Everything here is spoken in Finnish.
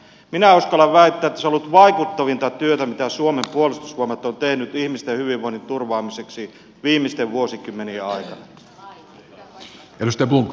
minä uskallan väittää että se on ollut vaikuttavinta työtä mitä suomen puolustusvoimat on tehnyt ihmisten hyvinvoinnin turvaamiseksi viimeisten vuosikymmenien aikana